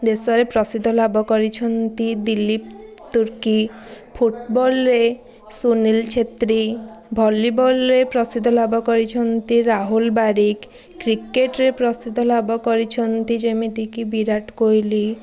ଦେଶରେ ପ୍ରସିଦ୍ଧ ଲାଭ କରିଛନ୍ତି ଦିଲ୍ଲୀପ ତୁର୍କୀ ଫୁଟବଲ୍ରେ ସୁନୀଲ୍ ଛେତ୍ରୀ ଭଲିବଲ୍ରେ ପ୍ରସିଦ୍ଧ ଲାଭ କରିଛନ୍ତି ରାହୁଲ ବାରିକ କ୍ରିକେଟ୍ରେ ପ୍ରସିଦ୍ଧ ଲାଭ କରିଛନ୍ତି ଯେମିତିକି ବିରାଟ କୋହଲି